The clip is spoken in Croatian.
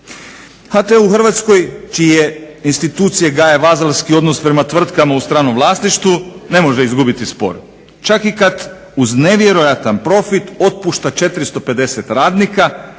HT u Hrvatskoj čiji je institucije gaje vazalski odnos prema tvrtkama u stranom vlasništvu ne može izgubiti spor, čak kada uz nevjerojatan profit otpušta 450 radnika,